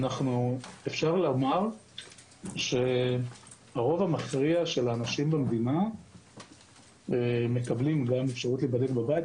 אפשר לומר שהרוב המכריע של האנשים במדינה מקבלים גם אפשרות להיבדק בבית,